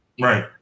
Right